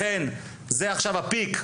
לכן זה עכשיו הפיק.